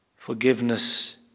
Forgiveness